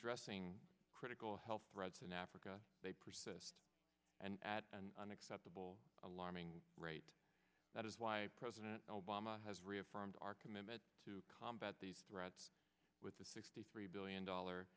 dressing critical health threats in africa they persist and at an unacceptable alarming rate that is why president obama has reaffirmed our commitment to combat these threats with a sixty three billion dollar